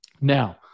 Now